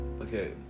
okay